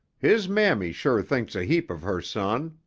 his mammy sure thinks a heap of her son.